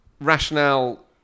rationale